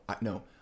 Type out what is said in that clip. no